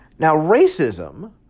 now, racism.